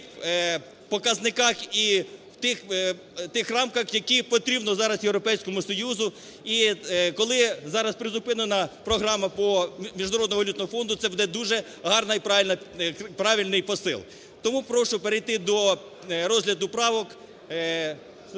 показниках і в тих рамках, які потрібно зараз Європейському Союзу. І коли зараз призупинена програма по Міжнародному валютному фонду – це буде дуже гарний і правильний посил. Тому прошу перейти до розгляду правок.